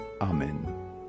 amen